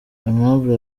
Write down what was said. aimable